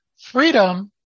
freedom